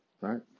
right